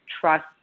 trust